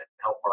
help